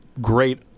great